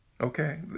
Okay